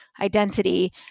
identity